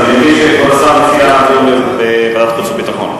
אז אני מבין שכבוד השר מציע דיון בוועדת חוץ וביטחון.